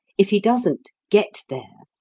if he doesn't get there,